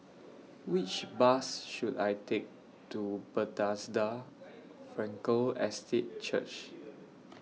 Which Bus should I Take to Bethesda Frankel Estate Church